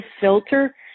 filter